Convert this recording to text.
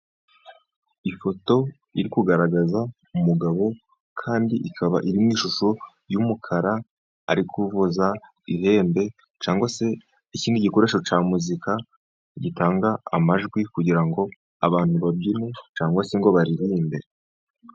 Ifoto iri kugaragaza umugabo kandi ikaba iri mu ishusho ry'umukara, ari kuvuza ihembe cyangwa se ikindi gikoresho cya muzika gitanga amajwi, kugira ngo abantu babyine cyangwa se ngo baririmbe.